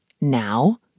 Now